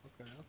okay